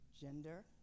gender